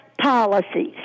policies